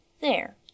There